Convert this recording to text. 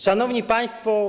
Szanowni Państwo!